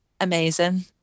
amazing